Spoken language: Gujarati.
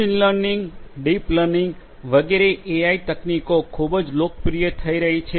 મશીન લર્નિંગ ડીપ લર્નિંગ વગેરે એઆઈ તકનીકો ખૂબ જ લોકપ્રિય થઈ રહી છે